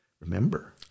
Remember